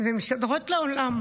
ומשדרות לעולם